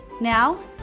Now